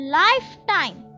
lifetime